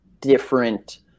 different